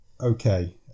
Okay